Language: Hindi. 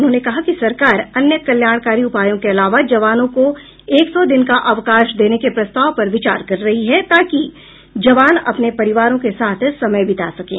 उन्होंने कहा कि सरकार अन्य कल्याणकारी उपायों के अलावा जवानों को एक सौ दिन का अवकाश देने के प्रस्ताव पर विचार कर रही है ताकि जवान अपने परिवारों के साथ समय बिता सकें